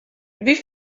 wie